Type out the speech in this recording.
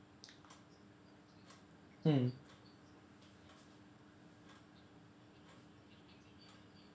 mm